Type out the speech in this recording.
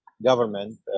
government